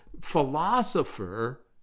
philosopher